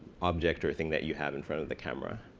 object or thing that you have in front of the camera.